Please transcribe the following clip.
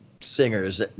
singers